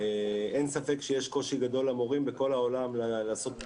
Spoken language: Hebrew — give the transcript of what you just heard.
לכל המורים גם יש